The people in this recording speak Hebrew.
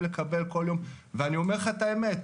לקבל כל יום ואני אומר לך את האמת.